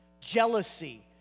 Jealousy